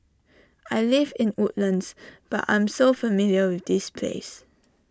I live in Woodlands but I'm so familiar with this place